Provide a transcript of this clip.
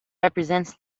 represents